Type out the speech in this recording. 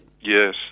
Yes